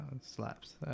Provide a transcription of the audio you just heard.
Slaps